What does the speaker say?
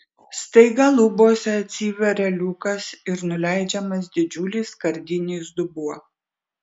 staiga lubose atsiveria liukas ir nuleidžiamas didžiulis skardinis dubuo